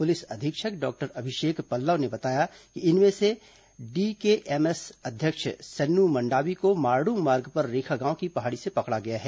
police अधीक्षक doctor Amishek Pallav ने बताया कि इनमें से डी अध्यक्ष सन्नू मंडावी को मारडूम मार्ग पर रेखा गांव की पहाड़ी से पकड़ा गया है